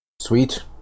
Sweet